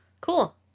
Cool